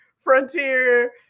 Frontier